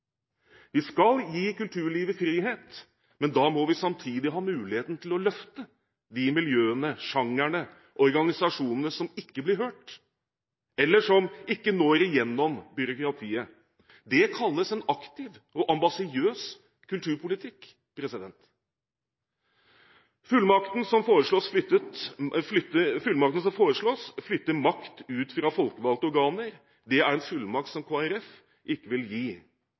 Vi skal gi kulturlivet frihet, men da må vi samtidig ha muligheten til å løfte de miljøene, sjangrene og organisasjonene som ikke blir hørt, eller som ikke når igjennom byråkratiet. Det kalles en aktiv og ambisiøs kulturpolitikk. Fullmakten som foreslås, flytter makt ut fra folkevalgte organer. Det er en fullmakt som Kristelig Folkeparti ikke vil gi.